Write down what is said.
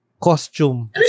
costume